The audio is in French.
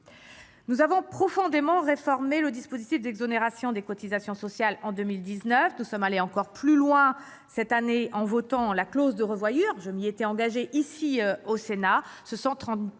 Nous avons profondément réformé le dispositif d'exonération des cotisations sociales en 2019. Nous sommes allés encore plus loin cette année, en votant la clause de revoyure, comme je m'y étais engagée au Sénat.